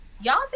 Y'all